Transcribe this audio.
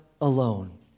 alone